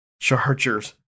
Chargers